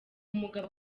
umugabo